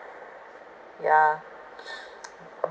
yeah